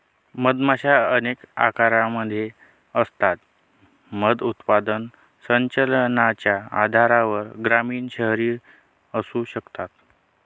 मधमाशा अनेक आकारांमध्ये असतात, मध उत्पादन संचलनाच्या आधारावर ग्रामीण, शहरी असू शकतात